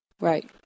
Right